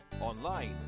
online